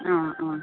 ആ ആ